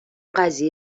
قضیه